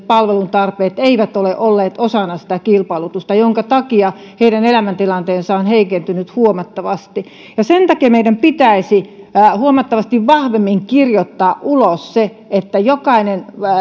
palvelutarpeet eivät ole olleet osana sitä kilpailutusta minkä takia heidän elämäntilanteensa on heikentynyt huomattavasti sen takia meidän pitäisi huomattavasti vahvemmin kirjoittaa ulos se että jokainen